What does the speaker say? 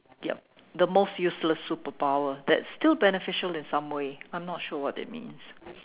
yup the most useless superpower that is still beneficial in some way I'm not sure what that means